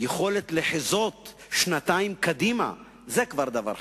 יכולת לחזות שנתיים קדימה, זה כבר דבר חדש.